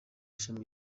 ishami